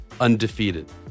Undefeated